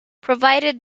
provided